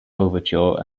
overture